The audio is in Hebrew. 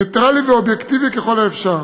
נייטרלי ואובייקטיבי ככל האפשר,